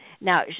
Now